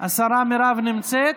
השרה מירב נמצאת?